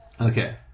Okay